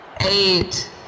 eight